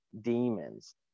demons